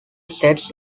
sets